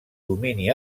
domini